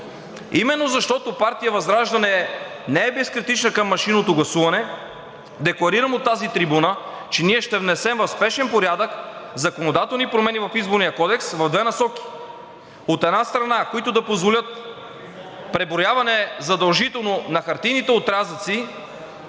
Именно защото партия ВЪЗРАЖДАНЕ не е безкритична към машинното гласуване, декларирам от тази трибуна, че ние ще внесем в спешен порядък законодателни промени в Изборния кодекс в две насоки – от една страна, които да позволят преброяване, задължително, на хартиените отрязъци